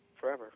forever